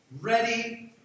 ready